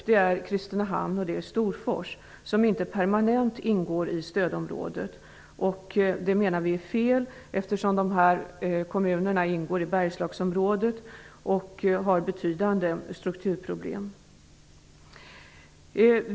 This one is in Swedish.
Det är Kristinehamn och Storfors, som inte permanent ingår i stödområdet. Det är fel, eftersom dessa två kommuner ingår i Bergslagsområdet och har betydande strukturproblem.